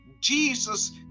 Jesus